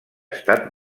estat